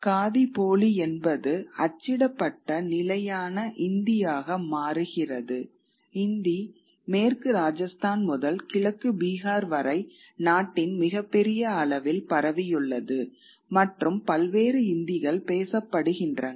காதி போலி என்பது அச்சிடப்பட்ட நிலையான இந்தியாக மாறுகிறது இந்தி மேற்கு ராஜஸ்தான் முதல் கிழக்கு பீகார் வரை நாட்டின் மிகப்பெரிய அளவில் பரவியுள்ளது மற்றும் பல்வேறு இந்திகள் பேசப்படுகின்றன